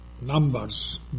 numbers